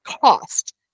cost